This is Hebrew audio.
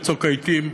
בצוק העתים,